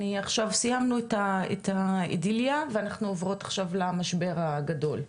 עכשיו סיימנו את האידיליה ואנחנו עוברות עכשיו למשבר הגדול,